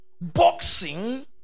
boxing